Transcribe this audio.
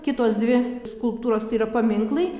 kitos dvi skulptūros tai yra paminklai